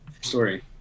Story